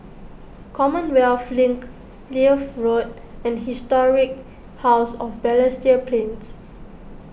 Commonwealth Link Leith Road and Historic House of Balestier Plains